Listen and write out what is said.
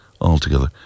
Altogether